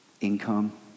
income